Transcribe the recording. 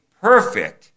perfect